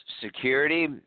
security